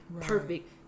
perfect